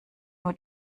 nur